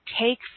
Take